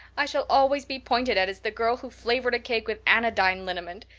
i shall always be pointed at as the girl who flavored a cake with anodyne liniment.